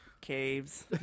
caves